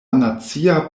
nacia